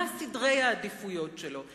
מה סדרי העדיפויות שלו.